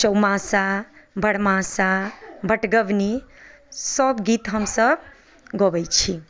चौमासा बरमासा बटगबनी सभ गीत हमसभ गबै छी